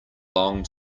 long